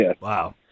Wow